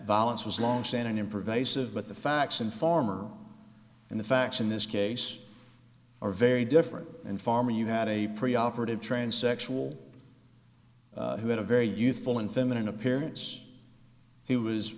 violence was longstanding in pervasive but the facts and farmer and the facts in this case are very different and farmer you had a pre operative transsexual who had a very useful in feminine appearance he was